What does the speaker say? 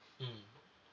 mmhmm